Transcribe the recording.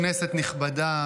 כנסת נכבדה,